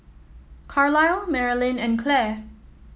Carlyle Marilynn and Claire